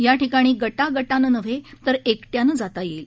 याठिकाणी गटागटाने नव्हे तर एकट्याने जाता येईल